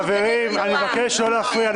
--- חברים, אני מבקש לא להפריע.